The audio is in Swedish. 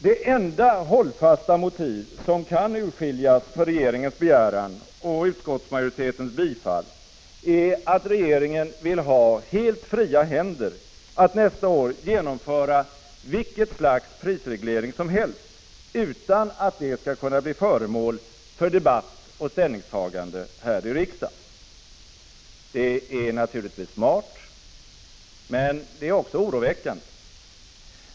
Det enda hållfasta motiv som kan urskiljas för regeringens begäran och utskottsmajoritetens bifall är att regeringen vill ha helt fria händer att nästa år genomföra vilket slags prisreglering som helst utan att det skall kunna bli föremål för debatt och ställningstagande här i riksdagen. Det är naturligtvis smart. Men det är också oroväckande.